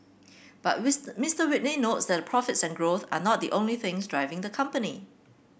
but with Mister Whitney notes that profits and growth are not the only things driving the company